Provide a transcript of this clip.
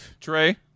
Trey